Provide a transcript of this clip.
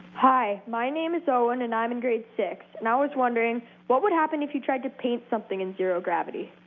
hi. my name is owen, and i'm in grade six, and i was wondering what would happen if you tried to paint something in zero gravity.